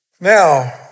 Now